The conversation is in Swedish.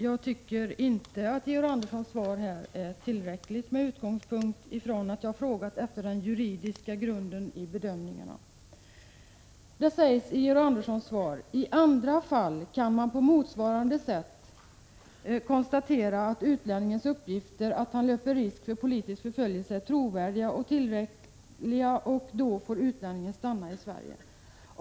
Jag tycker inte att svaret är tillräckligt med utgångspunkt i att jag frågat efter den juridiska grunden i bedömningarna. Det sägs i Georg Anderssons svar: ”I andra fall kan man på motsvarande sätt konstatera att utlänningens uppgifter att han löper risk för politisk förföljelse är trovärdiga och tillräckliga. Utlänningen får då stanna i Sverige.